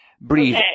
breathe